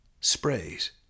sprays